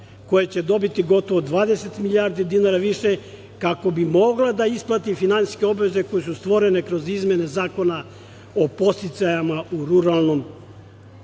koja će dobiti gotovo 20 milijardi dinara više kako bi mogla da isplati finansijske obaveze koje su stvorene kroz izmene Zakona o podsticajima u ruralnom razvoju,